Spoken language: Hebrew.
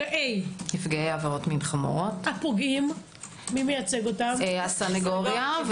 את הפוגעים מייצגים הסנגוריה.